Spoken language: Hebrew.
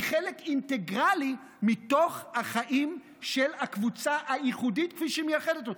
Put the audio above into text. הם חלק אינטגרלי מתוך החיים של הקבוצה הייחודית כפי שהיא מייחדת אותה.